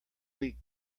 week